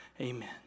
amen